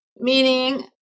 Meaning